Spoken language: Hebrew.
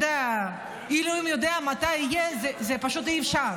שאלוהים יודע מתי זה יהיה,